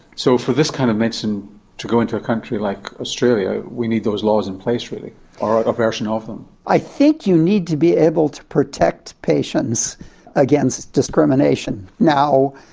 so for this kind of medicine to go into a country like australia we need those laws in place, really, or a version of them. i think you need to be able to protect patients against discrimination. now,